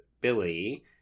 Billy